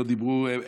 לא דיברו,